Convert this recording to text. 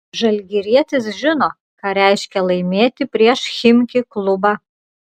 žalgirietis žino ką reiškia laimėti prieš chimki klubą